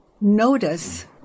notice